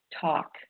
talk